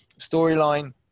storyline